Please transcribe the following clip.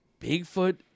Bigfoot